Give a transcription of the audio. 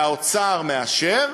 והאוצר מאשר,